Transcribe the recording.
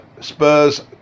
Spurs